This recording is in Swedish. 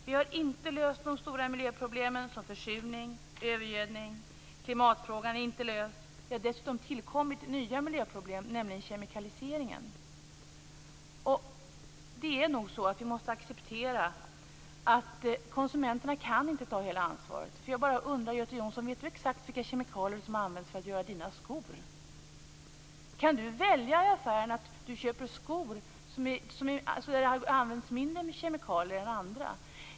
Vi har inte löst de stora miljöproblemen som försurning och övergödning. Klimatfrågan är inte löst. Det har dessutom tillkommit nya miljöproblem, nämligen kemikaliseringen. Vi måste nog acceptera att konsumenterna inte kan ta hela ansvaret. Jag bara undrar, Göte Jonsson, vet du exakt vilka kemikalier som används för att göra dina skor? Kan du välja i affären, så att du köper sådana skor som har tillverkats med mindre kemikalier än andra?